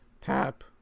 tap